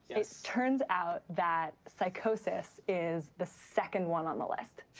it turns out that psychosis is the second one on the list.